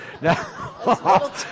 Now